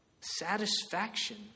Satisfaction